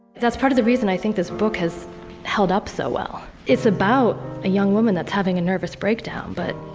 that's part of the reason i think this book has held up so well. it's about a young woman that's having a nervous breakdown. but.